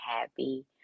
happy